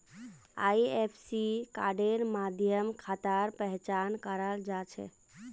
IFSC कोडेर माध्यम खातार पहचान कराल जा छेक